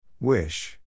Wish